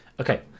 Okay